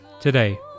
today